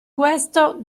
questo